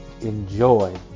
enjoy